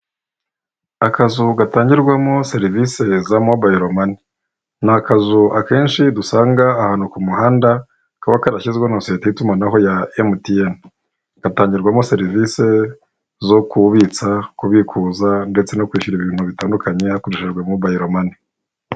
Akazu gatangirwamo serivisi za mobayiro mani, ni akazu akenshi dusanga ahantu ku muhanda kaba karashyizweho na sosiyete y'itumanaho ya emutiyene, igatangirwamo serivisi zo kubitsa, kubikuza ndetse no kwishyura ibintu bitandukanye hakoreshejwe mobayiro mani.